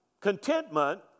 Contentment